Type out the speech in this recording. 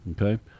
Okay